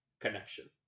connection